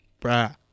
Bruh